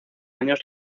años